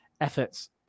efforts